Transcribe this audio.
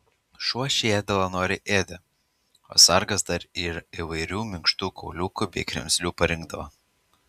šuo šį ėdalą noriai ėdė o sargas dar ir įvairių minkštų kauliukų bei kremzlių parinkdavo